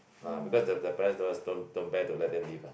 because the parents don't don't don't bare to let them leave